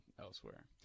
elsewhere